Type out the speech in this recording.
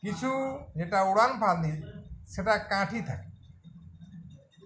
কিছু যেটা উড়ান ফাঁদি সেটা কাঠি থাকে